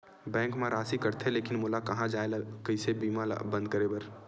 Bank मा राशि कटथे लेकिन मोला कहां जाय ला कइसे बीमा ला बंद करे बार?